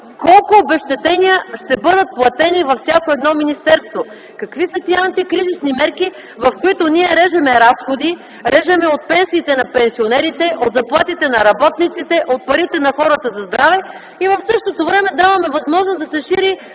Колко обезщетения ще бъдат платени във всяко едно министерство? Какви са тези антикризисни мерки, в които ние режем разходи, режем от пенсиите на пенсионерите, от заплатите на работниците, от парите на хората за здраве и в същото време даваме възможност да се шири